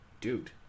Dude